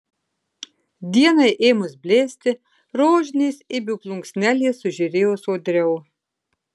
dienai ėmus blėsti rožinės ibių plunksnelės sužėrėjo sodriau